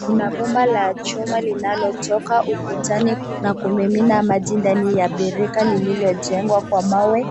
Kuna bomba la chuma linalotoka ukutani na kumimina maji ndani ya birika lililojengwa kwa mawe.